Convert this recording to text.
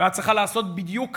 ואת צריכה לעשות בדיוק כמוני.